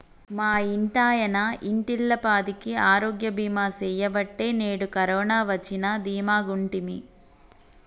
మా ఇంటాయన ఇంటిల్లపాదికి ఆరోగ్య బీమా సెయ్యబట్టే నేడు కరోన వచ్చినా దీమాగుంటిమి